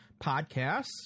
podcasts